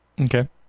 Okay